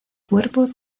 cuerpo